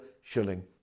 shilling